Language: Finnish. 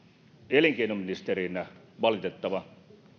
elinkeinoministerinä totean valitettavaa